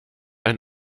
ein